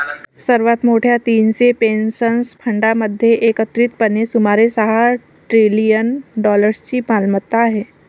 सर्वात मोठ्या तीनशे पेन्शन फंडांमध्ये एकत्रितपणे सुमारे सहा ट्रिलियन डॉलर्सची मालमत्ता आहे